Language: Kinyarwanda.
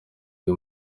uyu